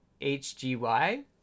Hgy